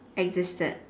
existed